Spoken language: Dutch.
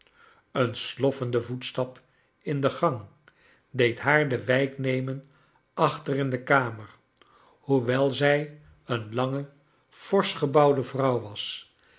een sloffende voetstap in de gang deed haar de wijk nemen achter in de kamer hoewel zij een lange forsch gebouwde vrouw was